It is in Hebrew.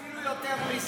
אפילו יותר מזה,